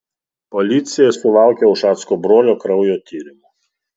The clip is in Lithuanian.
policija sulaukė ušacko brolio kraujo tyrimų